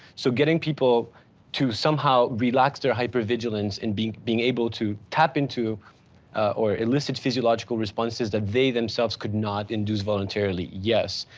so getting people to somehow relax their hyper vigilance and being being able to tap into or elicits physiological responses that they themselves could not induce voluntarily. yes.